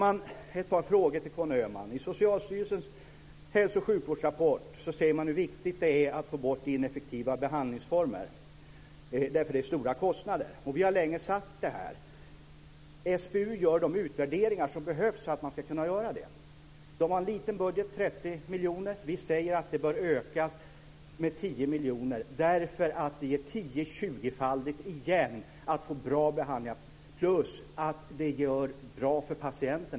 Jag har ett par frågor till Conny Öhman. I Socialstyrelsens hälso och sjukvårdsrapport talar man om hur viktigt det är att få bort ineffektiva behandlingsformer, därför att de medför stora kostnader, vilket vi länge har sagt. SBU gör de utvärderingar som behövs för att man ska kunna göra det. Man har en liten budget på 30 miljoner. Vi säger att den bör ökas med 10 miljoner, därför att det ger tio eller tjugofaldigt igen att få bra behandlingar plus att det blir bättre vård för patienterna.